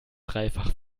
dreifach